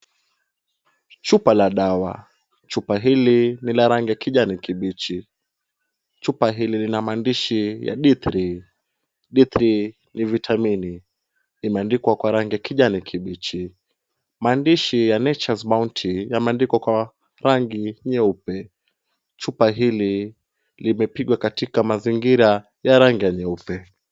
Chupa la dawa. Chupa hili ni la rangi kijani kibichi. Chupa hili lina maandishi ya D3. D3 ni vitamini. Imeandikwa kwa rangi ya kijani kibichi. Maandishi ya Nature's Bounty yameandikwa kwa rangi nyeupe. Chupa hili limepigwa katika mazingira ya rangi ya nyeupe.